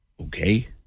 Okay